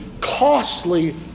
costly